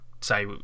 say